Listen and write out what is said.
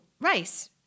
rice